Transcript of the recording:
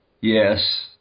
Yes